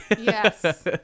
Yes